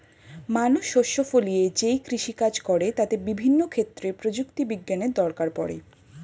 মানুষ শস্য ফলিয়ে যেই কৃষি কাজ করে তাতে বিভিন্ন ক্ষেত্রে প্রযুক্তি বিজ্ঞানের দরকার পড়ে